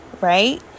right